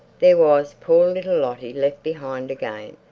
there was poor little lottie, left behind again,